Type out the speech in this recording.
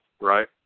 right